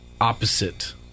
opposite